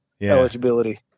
eligibility